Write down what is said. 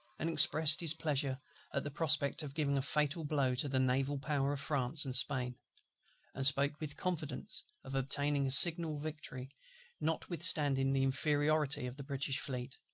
and expressed his pleasure at the prospect of giving a fatal blow to the naval power of france and spain and spoke with confidence of obtaining a signal victory notwithstanding the inferiority of the british fleet,